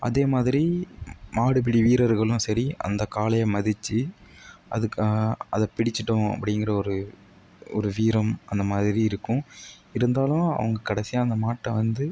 அதே மாதிரி மாடுபிடி வீரர்களும் சரி அந்த காளையை மதித்து அதுக்கு அதை பிடிச்சுட்டோம் அப்படிங்கிற ஒரு ஒரு வீரம் அந்த மாதிரி இருக்கும் இருந்தாலும் அவங்க கடைசியாக அந்த மாட்டை வந்து